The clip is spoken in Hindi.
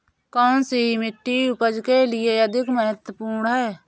कौन सी मिट्टी उपज के लिए अधिक महत्वपूर्ण है?